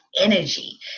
energy